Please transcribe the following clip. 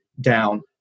down